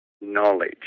knowledge